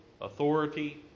authority